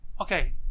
Okay